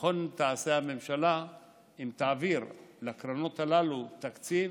נכון תעשה הממשלה אם תעביר לקרנות הללו תקציב